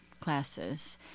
classes